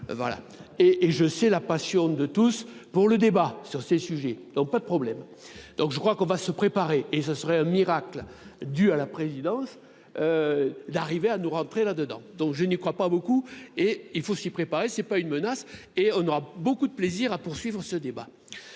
voilà et et je sais la passion de tous pour le débat sur ces sujets, donc pas de problème, donc je crois qu'on va se préparer et ce serait un miracle dû à la présidence d'arriver à nous rentrer là-dedans, donc je n'y crois pas beaucoup et il faut s'y préparer ce est pas une menace, et on aura beaucoup de plaisir à poursuivre ce débat